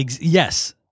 Yes